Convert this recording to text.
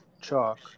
chalk